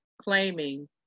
claiming